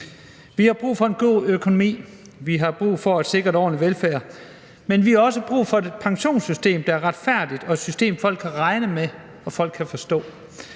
Vi har brug for en god økonomi. Vi har brug for at sikre en ordentlig velfærd, men vi har også brug for et pensionssystem, der er retfærdigt, og et system, folk kan regne med, og som